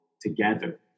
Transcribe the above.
together